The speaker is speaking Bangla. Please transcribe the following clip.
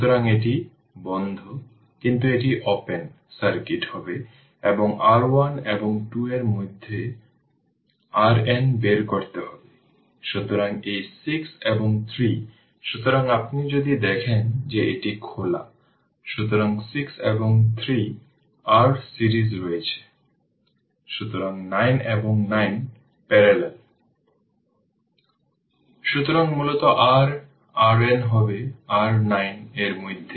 সুতরাং ইকুয়েশন নম্বরগুলি আপনার কাছে বোধগম্য দেওয়া হয়েছে তাই আপনি যদি লুপের সাথে KVL প্রয়োগ করেন তবে আমরা বলব vL vR 0 সেই সার্কিটে এখানে vL vR 0